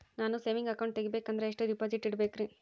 ನಾನು saving account ತೆಗಿಬೇಕಂದರ ಎಷ್ಟು ಡಿಪಾಸಿಟ್ ಇಡಬೇಕ್ರಿ?